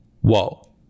whoa